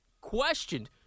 questioned